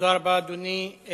תודה רבה, אדוני.